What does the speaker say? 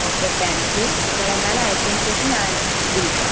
okay thank you നിങ്ങൾ എന്നാൽ അയച്ചതിനു ശേഷം ഞാൻ വിളിക്കാം